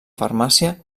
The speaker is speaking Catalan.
farmàcia